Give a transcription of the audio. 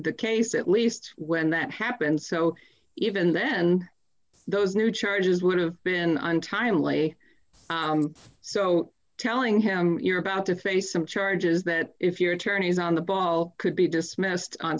the case at least when that happened so even then those new charges would have been untimely so telling him you're about to face some charges that if your attorney is on the ball could be dismissed on